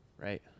Right